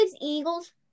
Eagles